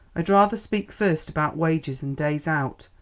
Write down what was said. i'd rather speak first about wages and days out.